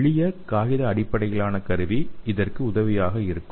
எளிய காகித அடிப்படையிலான கருவி இதற்கு உதவியாக இருக்கும்